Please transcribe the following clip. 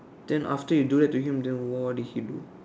then after you do that to him then what did he do